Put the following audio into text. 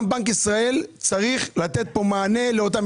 גם בנק ישראל צריך לתת פה מענה לאותם אלה.